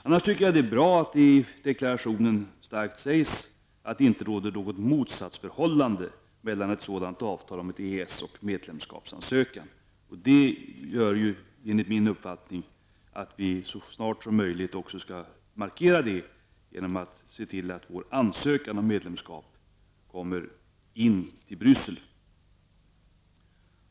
Jag tycker det är bra att det i deklarationen sägs, att det inte råder något motsatsförhållande mellan ett EES-avtal och en medlemskapsansökan. Därför skall vi enligt min uppfattning så snart som möjligt markera detta genom att se till att vår ansökan om medlemskap lämnas i Bryssel.